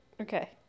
Okay